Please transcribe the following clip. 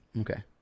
okay